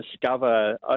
discover